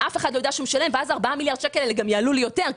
4 מיליארד השקלים יעלו לי יותר,